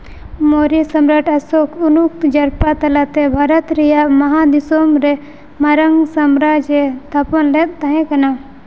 ᱢᱳᱨᱡᱚ ᱥᱚᱢᱨᱟᱴ ᱚᱥᱳᱠ ᱩᱱ ᱡᱟᱨᱯᱟ ᱛᱟᱞᱟᱛᱮ ᱵᱷᱟᱨᱚᱛ ᱨᱮᱭᱟᱜ ᱢᱟᱦᱟ ᱫᱤᱥᱚᱢ ᱨᱮ ᱢᱟᱨᱟᱝ ᱥᱟᱢᱨᱟᱡᱽᱡᱚ ᱮ ᱛᱟᱷᱟᱯᱚᱱ ᱞᱮᱫ ᱛᱟᱦᱮᱸ ᱠᱟᱱᱟ